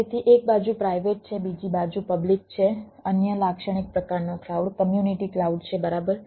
તેથી એક બાજુ પ્રાઇવેટ છે એક બાજુ પબ્લિક છે અન્ય લાક્ષણિક પ્રકારનો ક્લાઉડ કમ્યુનિટી ક્લાઉડ છે બરાબર